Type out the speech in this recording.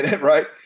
right